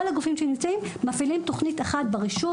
כל הגופים שנמצאים מפעילים תוכנית אחת ברשות.